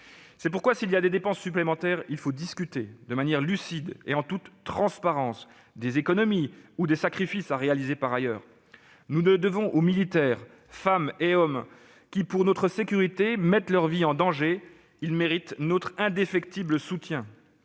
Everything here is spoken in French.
C'est pourquoi, s'il y a des dépenses supplémentaires, il faut discuter de manière lucide et en toute transparence des économies ou des sacrifices à réaliser par ailleurs. Nous le devons aux militaires, femmes et hommes qui, pour notre sécurité, mettent leur vie en danger. Ils méritent notre indéfectible soutien.